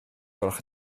gwelwch